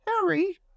Harry